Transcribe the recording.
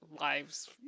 lives